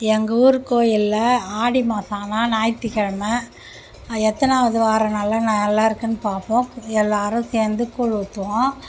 எங்கள் ஊர் கோயிலில் ஆடி மாதம் ஆனால் ஞாயிற்றுக்கிழமை எத்தனாவது வாரம் நல்ல நாளாக இருக்குதுன்னு பார்ப்போம் எல்லாரும் சேர்ந்து கூழ் ஊற்றுவோம்